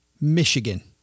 Michigan